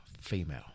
female